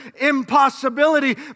impossibility